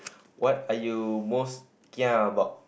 what are you most kia about